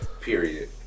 period